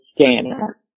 scanner